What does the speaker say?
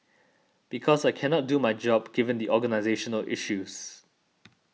because I cannot do my job given the organisational issues